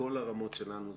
בכל הרמות שלנו,